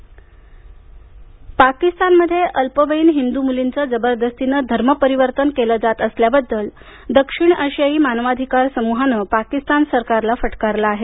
पाकिस्तान पाकिस्तानमध्ये अल्पवयीन हिंदू मुलींचं जबरदस्तीनं धर्मपरिवर्तन केलं जात असल्याबद्दल दक्षिण आशियायी मानवाधिकार समूहानं पाकिस्तान सरकारला फटकारलं आहे